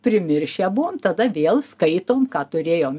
primiršę buvom tada vėl skaitome ką turėjom